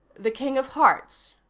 the king of hearts.